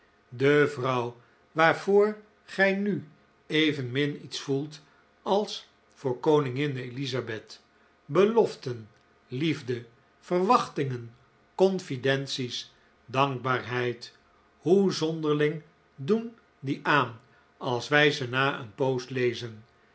de vrouw waarvoor gij nu evenmin iets voelt als voor koningin elizabeth beloften liefde verwachtingen confidences dankbaarheid hoe zonderling doen die aan als wij ze na een poos lezen